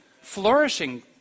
flourishing